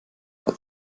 hat